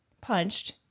punched